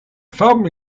family